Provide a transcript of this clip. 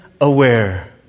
Aware